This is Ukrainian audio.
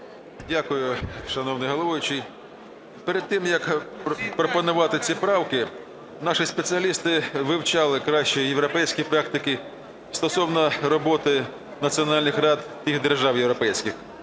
Дякую, шановний головуючий. Перед тим, як пропонувати ці правки, наші спеціалісти вивчали кращі європейські практики стосовно роботи національних рад тих держав європейських,